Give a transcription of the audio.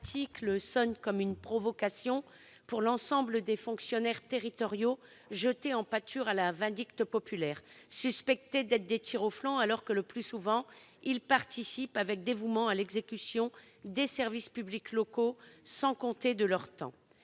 sonne comme une provocation pour l'ensemble des fonctionnaires territoriaux, jetés en pâture à la vindicte populaire, suspectés d'être des tire-au-flanc alors que, le plus souvent, ils participent avec dévouement à l'exécution des services publics locaux, sans compter leur temps.